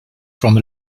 from